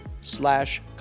slash